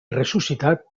ressuscitat